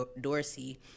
Dorsey